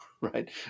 right